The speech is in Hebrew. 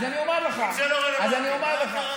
אז אני אומר לך, אז אני אומר לך.